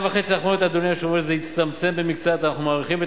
האחרונות לא פותרים מייד מצוקה ומחסור שכזה,